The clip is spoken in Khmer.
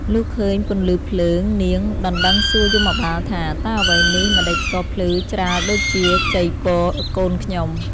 លុះឃើញ ពន្លឺភ្លើង នាងដណ្ដឹងសួរយមបាលថា តើអ្វីនេះម្តេចក៏ភ្លឺច្រាលដូចជា ចីពរ កូនខ្ញុំ? ។